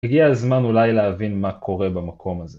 הגיע הזמן אולי להבין מה קורה במקום הזה.